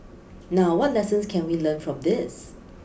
now what lessons can we learn from this